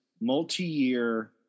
multi-year